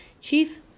Chief